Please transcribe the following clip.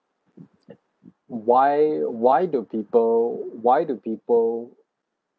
why why do people why do people